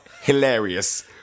hilarious